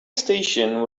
station